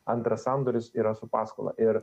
antras sandoris yra su paskola ir